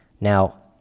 Now